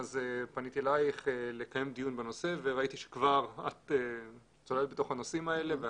פניתי אלייך לקיים דיון בנושא וראיתי שאת כבר צללת בתוך נושאים האלה.